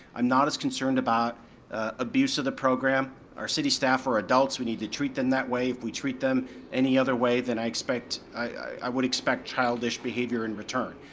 i'm not as concerned about abuse of the program. our city staff are adults, we need to treat them that way, if we treat them any other way then i expect, i would expect childish behavior in return.